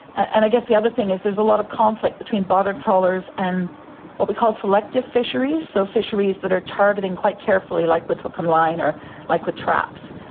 and i guess the other thing is there's a lot of conflict between bottom trawlers and what we call selective fisheries, so fisheries that are targeting quite carefully, like with hook and line or like with traps.